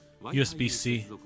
USB-C